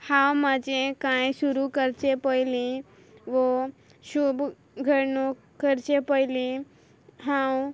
हांव म्हाजें कांय सुरू करचे पयली वो शुभ करणूक करचे पयली हांव